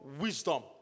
Wisdom